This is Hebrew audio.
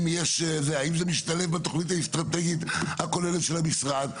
האם זה משתלב בתוכנית האסטרטגית הכוללת של המשרד,